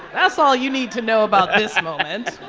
that's all you need to know about this moment.